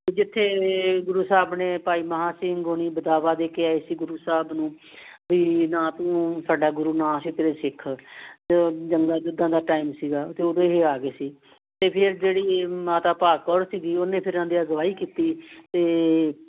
ਜਿੱਥੇ ਗੁਰੂ ਸਾਹਿਬ ਨੇ ਭਾਈ ਮਹਾਂ ਸਿੰਘ ਹੋਣੀ ਬਦਾਵਾ ਦੇ ਕੇ ਆਏ ਸੀ ਗੁਰੂ ਸਾਹਿਬ ਨੂੰ ਬੀ ਨਾ ਤੂੰ ਸਾਡਾ ਗੁਰੂ ਨਾਂ ਅਸੀਂ ਤੇਰੇ ਸਿੱਖ ਜੰਗਲ ਜਿੱਦਾਂ ਦਾ ਟਾਈਮ ਸੀਗਾ ਅਤੇ ਉਦੋਂ ਇਹ ਆ ਗਏ ਸੀ ਅਤੇ ਫਿਰ ਜਿਹੜੀ ਮਾਤਾ ਭਾਗ ਕੌਰ ਸੀਗੀ ਉਹਨੇ ਫਿਰ ਉਹਦੇ ਅਗਵਾਈ ਕੀਤੀ ਅਤੇ